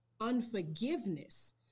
unforgiveness